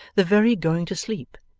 the very going to sleep,